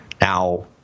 Now